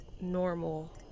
normal